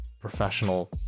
professional